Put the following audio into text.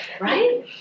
right